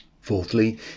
Fourthly